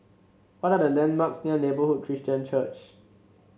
what are the landmarks near Neighbourhood Christian Church